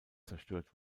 zerstört